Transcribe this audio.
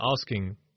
asking